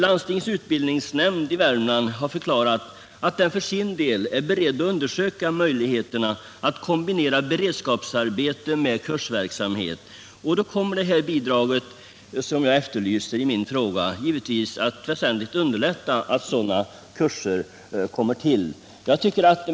Landstingets utbildningsnämnd i Värmland har förklarat att den för sin del är beredd att undersöka möjligheterna att kombinera beredskapsarbete med kursverksamhet. I det sammanhanget skulle givetvis det bidrag jag efterlyste i min fråga väsentligt underlätta tillkomsten av sådana kurser.